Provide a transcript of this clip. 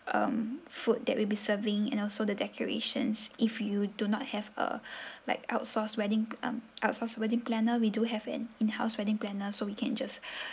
um food that will be serving and also the decorations if you do not have a like outsource wedding um outsource wedding planner we do have an in house wedding planner so we can just